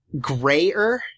grayer